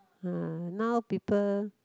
[huh] now people